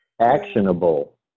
Actionable